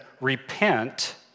repent